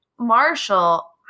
Marshall